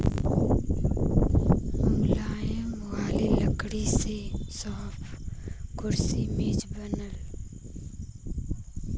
मुलायम वाला लकड़ी से सोफा, कुर्सी, मेज बनला